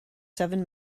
seven